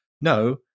No